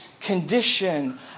condition